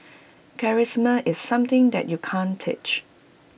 charisma is something that you can't teach